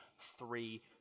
three